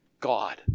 God